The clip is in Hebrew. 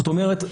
זאת אומרת,